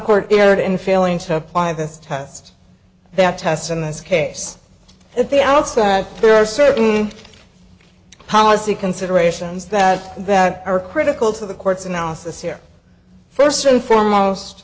court erred in failing to apply this test that tests in this case that the outside there are certain policy considerations that that are critical to the court's analysis here first and foremost